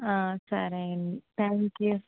సరే అండి thank you